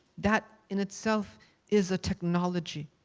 that in itself is a technology,